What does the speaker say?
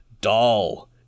doll